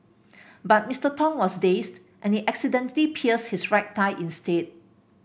but Mister Tong was dazed and he accidentally pierced his right thigh instead